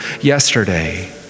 yesterday